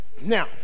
now